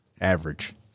average